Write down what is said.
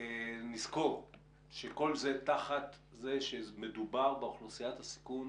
ונזכור שכל זה תחת זה שמדובר באוכלוסיית הסיכון